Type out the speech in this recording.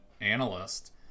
analyst